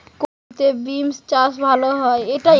কোন ঋতুতে বিন্স চাষ ভালো হয়?